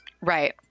Right